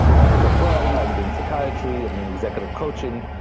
and i was like, well, you know, i'm doing psychiatry. i'm doing executive coaching.